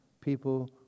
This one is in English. people